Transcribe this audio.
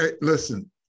Listen